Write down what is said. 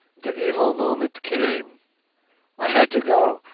the evil moment came i had to go.